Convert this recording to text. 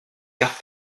car